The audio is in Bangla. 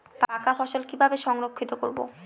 পাকা ফসল কিভাবে সংরক্ষিত করব?